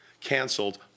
canceled